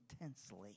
intensely